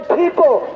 people